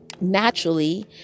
naturally